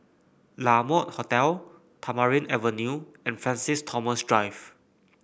La Mode Hotel Tamarind Avenue and Francis Thomas Drive